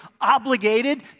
obligated